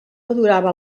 adorava